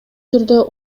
түрдө